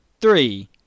three